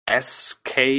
SK